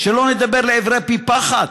שלא לדבר על עברי פי פחת.